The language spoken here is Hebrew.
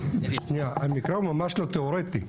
שנייה, המקרה ממש לא תיאורטי.